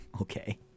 Okay